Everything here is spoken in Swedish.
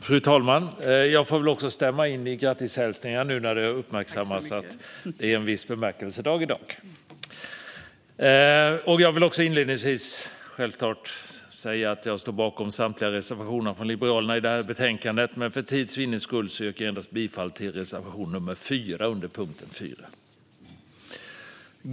Fru talman! Jag får väl också stämma in i grattishälsningar till fru talmannen nu när det uppmärksammas att det är en viss bemärkelsedag i dag! Jag vill inledningsvis säga att jag självklart står bakom samtliga reservationer från Liberalerna i betänkandet. Men för tids vinnande yrkar jag endast bifall till reservation nr 4 under punkten 4.